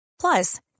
Plus